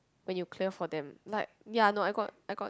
when you clear for them like ya no I got I got